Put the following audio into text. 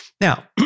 Now